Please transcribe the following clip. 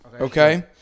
Okay